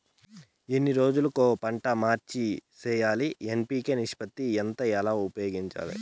ఎన్ని రోజులు కొక పంట మార్చి సేయాలి ఎన్.పి.కె నిష్పత్తి ఎంత ఎలా ఉపయోగించాలి?